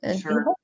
Sure